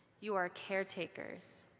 you are caretakers.